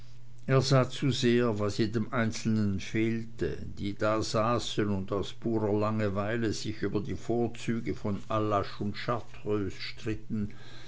er sah zu sehr was jedem einzelnen fehlte die da saßen und aus purer langerweile sich über die vorzüge von allasch und chartreuse stritten